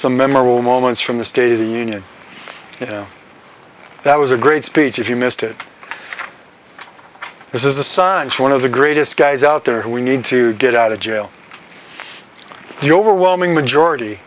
some memorable moments from the state of the union you know that was a great speech if you missed it this is a sign is one of the greatest guys out there and we need to get out of jail the overwhelming majority